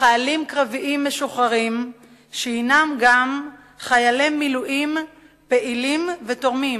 לחיילים קרביים משוחררים שהם גם חיילי מילואים פעילים ותורמים,